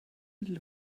little